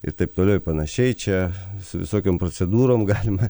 ir taip toliau ir panašiai čia su visokiom procedūrom galima